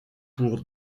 pour